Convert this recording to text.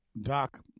Doc